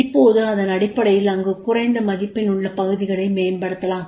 இப்போது இதன் அடிப்படையில் அங்கு குறைந்த மதிப்பெண் உள்ள பகுதிகளை மேம்படுத்தலாம்